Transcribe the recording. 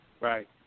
Right